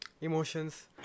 emotions